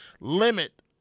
limit